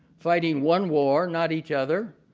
fighting one war, not each other,